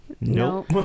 Nope